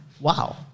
wow